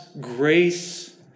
grace